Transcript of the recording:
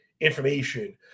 information